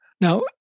Now